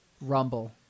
rumble